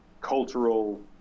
cultural